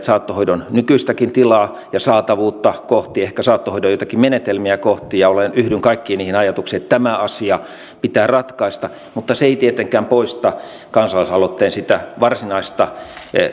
saattohoidon nykyistäkin tilaa ja saatavuutta kohti ehkä saattohoidon joitakin menetelmiä kohti yhdyn kaikkiin niihin ajatuksiin että tämä asia pitää ratkaista mutta se ei tietenkään poista kansalaisaloitteen sitä varsinaista